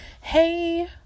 hey